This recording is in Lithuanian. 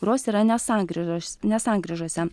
kurios yra ne sankryžos ne sankryžose